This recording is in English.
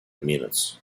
minutes